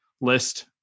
list